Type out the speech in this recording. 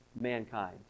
mankind